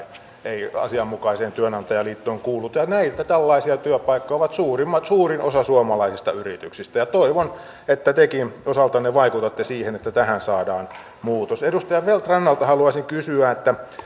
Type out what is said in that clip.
ei asianmukaiseen työnantajaliittoon kuuluta ja näitä tällaisia työpaikkoja on suurin osa suomalaisista yrityksistä toivon että tekin osaltanne vaikutatte siihen että tähän saadaan muutos edustaja feldt rannalta haluaisin kysyä